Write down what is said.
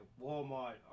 Walmart